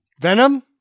Venom